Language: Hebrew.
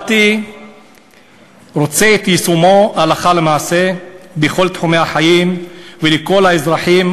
אני רוצה את יישומו הלכה למעשה בכל תחומי החיים ולכל האזרחים,